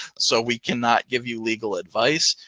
so we cannot give you legal advice.